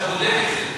אתה בודק את זה?